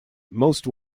most